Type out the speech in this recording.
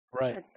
Right